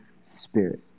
spirit